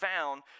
found